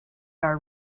are